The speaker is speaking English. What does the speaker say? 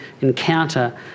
encounter